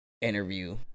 interview